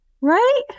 Right